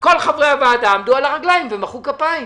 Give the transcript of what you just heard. כל חברי הוועדה עמדו על הרגליים ומחאו כפיים.